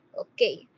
Okay